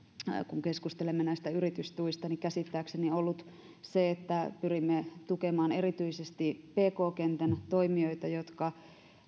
kun keskustelemme näistä yritystuista käsittääkseni ollut se että pyrimme tukemaan erityisesti pk kentän toimijoita jotka